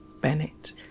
Bennett